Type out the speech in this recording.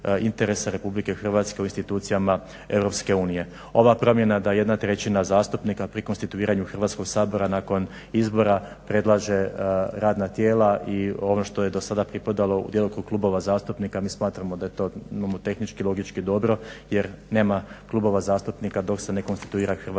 interesa RH u institucijama EU. Ova promjena da jedna trećina zastupnika pri konstituiranju Hrvatskog sabora nakon izbora predlaže radna tijela i ono što je do sada pripadalo u djelokrug klubova zastupnika mi smatramo da je to nomotehnički logički dobro jer nama klubova zastupnika dok se ne konstituira Hrvatski